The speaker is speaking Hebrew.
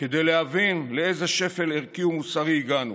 כדי להבין לאיזה שפל ערכי ומוסרי הגענו.